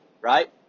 right